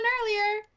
earlier